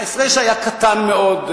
ההפרש היה קטן מאוד,